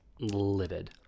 livid